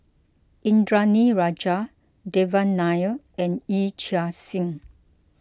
Indranee Rajah Devan Nair and Yee Chia Hsing